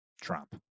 Trump